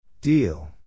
Deal